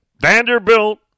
Vanderbilt